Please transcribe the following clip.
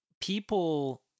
people